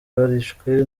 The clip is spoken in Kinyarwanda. barishwe